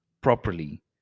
properly